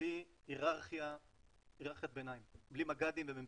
בלי היררכית ביניים, בלי מג"דים ומ"פ,